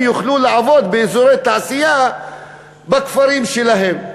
יוכלו לעבוד באזורי תעשייה בכפרים שלהם.